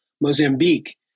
Mozambique